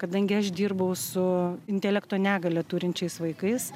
kadangi aš dirbau su intelekto negalią turinčiais vaikais